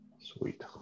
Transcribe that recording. Sweet